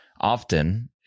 often